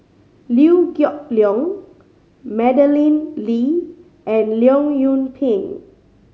Liew Geok Leong Madeleine Lee and Leong Yoon Pin